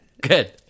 Good